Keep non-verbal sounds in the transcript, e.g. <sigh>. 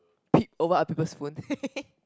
peep over other people's phone <laughs>